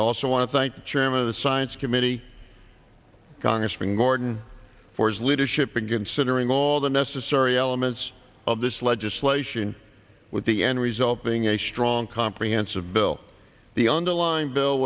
also want to thank the chairman of the science committee congressman gorton for his leadership in considering all the necessary elements of this legislation with the end result being a strong comprehensive bill the underlying bill